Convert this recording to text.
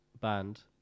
band